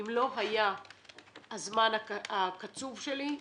אם לא היה הזמן הקצוב שלי,